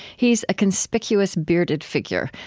he's a conspicuous bearded figure,